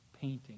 painting